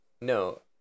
no